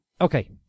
Okay